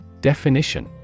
Definition